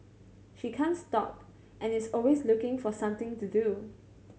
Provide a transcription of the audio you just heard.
she can't stop and is always looking for something to do